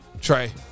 Trey